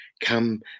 Come